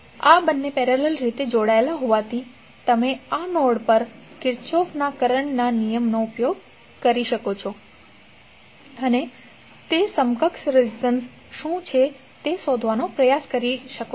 આ બંને પેરેલલ રીતે જોડાયેલા હોવાથી તમે આ નોડ પર કિર્ચોફના કરંટના નિયમનો ઉપયોગ કરી શકો છો અને તે સમકક્ષ રેઝિસ્ટન્સ શું છે તે શોધવાનો પ્રયાસ કરી શકો છો